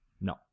No